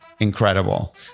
incredible